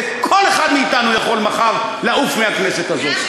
וכל אחד מאתנו יכול מחר לעוף מהכנסת הזאת.